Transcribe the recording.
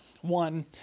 one